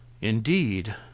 Indeed